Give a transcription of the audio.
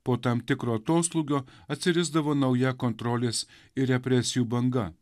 po tam tikro atoslūgio atsirisdavo nauja kontrolės ir represijų banga